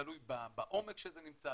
תלוי בעומק שזה נמצא,